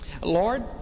Lord